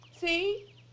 See